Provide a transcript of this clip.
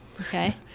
Okay